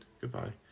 goodbye